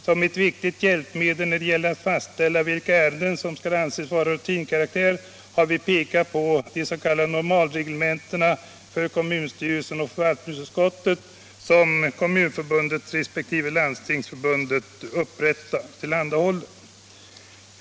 Som ett viktigt hjälpmedel när det gäller att fastställa vilka ärenden som skall anses vara av rutinkaraktär har vi pekat på de s.k. normalreglementena för kommunstyrelsen och förvaltningsutskottet, som Kommunförbundet resp. Landstingsförbundet upprättar och tillhandahåller.